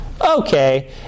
Okay